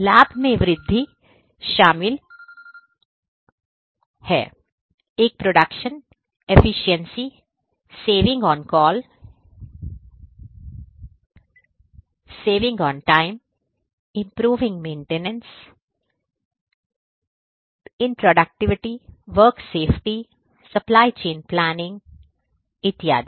लाभ में वृद्धि शामिल है एक production efficiency saving on call saving on time improving maintenance in product productivity work safety supply chain planning आदि इत्यादि